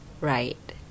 right